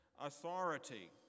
authority